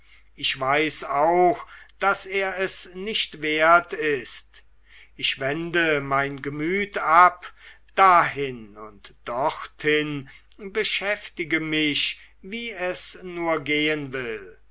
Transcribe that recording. ich weiß auch daß er es nicht wert ist ich wende mein gemüt ab dahin und dorthin beschäftige mich wie es nur gehen will